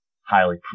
highly